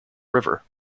river